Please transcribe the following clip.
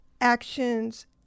actions